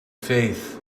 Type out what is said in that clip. faith